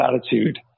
attitude